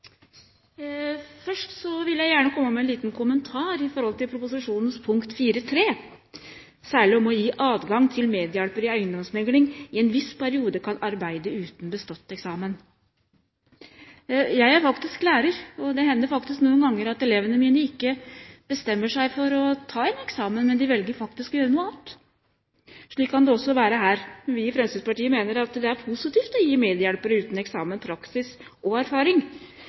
Først vil jeg gjerne komme med en liten kommentar til proposisjonens punkt 4.3, særlig om å gi adgang til at medhjelper i eiendomsmegling i en viss periode kan arbeide uten å ha bestått eksamen. Jeg er lærer, og det hender faktisk noen ganger at elevene mine bestemmer seg for ikke å ta en eksamen, men velger å gjøre noe annet. Slik kan det også være her. Vi i Fremskrittspartiet mener at det er positivt å gi medhjelpere uten eksamen praksis og erfaring.